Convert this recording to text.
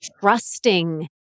trusting